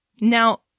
Now